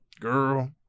Girl